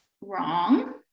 wrong